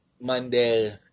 Monday